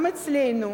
גם אצלנו